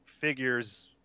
figures